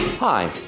Hi